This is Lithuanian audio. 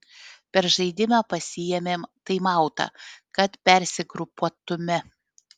per žaidimą pasiėmėm taimautą kad persigrupuotume